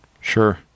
Sure